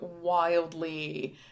wildly